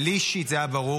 ולי אישית זה היה ברור,